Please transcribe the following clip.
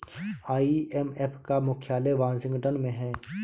IMF का मुख्यालय Washington में है